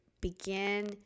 begin